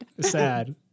Sad